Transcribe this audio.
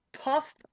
puff